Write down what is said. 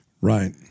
Right